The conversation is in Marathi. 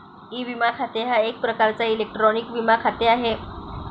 ई विमा खाते हा एक प्रकारचा इलेक्ट्रॉनिक विमा खाते आहे